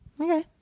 Okay